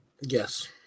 Yes